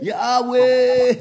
Yahweh